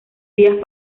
días